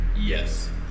Yes